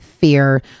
fear